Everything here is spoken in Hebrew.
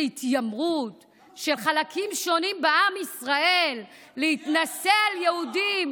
התיימרות של חלקים שונים בעם ישראל להתנשא על יהודים